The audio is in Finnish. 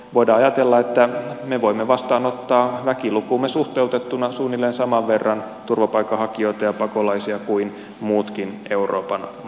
voidaan ajatella että me voimme vastaanottaa väkilukuumme suhteutettuna suunnilleen saman verran turvapaikanhakijoita ja pakolaisia kuin muutkin euroopan maat